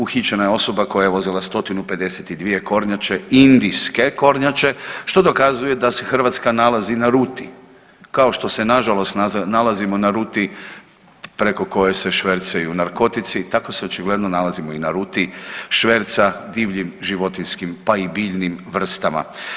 Uhićena je osoba koja je vozila 151 kornjače indijske kornjače što dokazuje da se Hrvatska nalazi na ruti kao što se nažalost nalazimo na ruti preko koje se švercaju narkotici tako se očigledno nalazimo i na ruti šverca divljim životinjskim pa i biljnim vrstama.